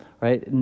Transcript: right